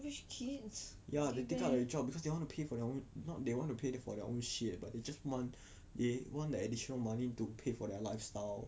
rich kids ya they take up that job because they want to pay for their own not they want to pay for their own shit but they just want they want that additional money to pay for their lifestyle